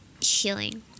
healing